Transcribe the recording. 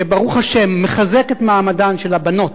שברוך השם מחזק את מעמדן של הבנות